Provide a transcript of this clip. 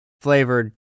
flavored